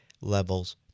levels